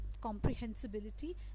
comprehensibility